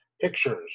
pictures